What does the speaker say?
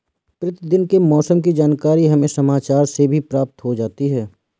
प्रतिदिन के मौसम की जानकारी हमें समाचार से भी प्राप्त हो जाती है